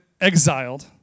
exiled